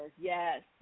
yes